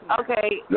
Okay